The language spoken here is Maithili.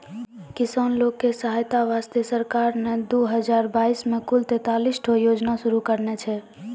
किसान लोग के सहायता वास्तॅ सरकार नॅ दू हजार बाइस मॅ कुल तेतालिस ठो योजना शुरू करने छै